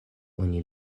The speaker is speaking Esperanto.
oni